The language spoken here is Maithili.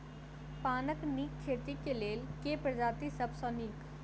पानक नीक खेती केँ लेल केँ प्रजाति सब सऽ नीक?